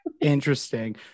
Interesting